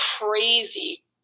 crazy